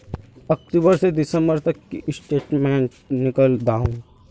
अक्टूबर से दिसंबर तक की स्टेटमेंट निकल दाहू?